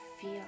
feel